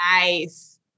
Nice